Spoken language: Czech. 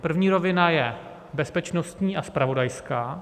První rovina je bezpečnostní a zpravodajská.